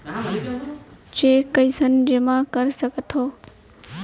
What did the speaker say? Cheque कईसने जेमा कर सकथो?